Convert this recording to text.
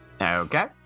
Okay